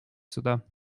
суда